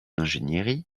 ingénierie